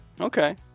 Okay